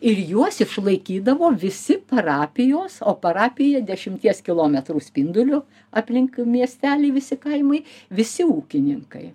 ir juos išlaikydavo visi parapijos o parapija dešimties kilometrų spinduliu aplink miestelį visi kaimai visi ūkininkai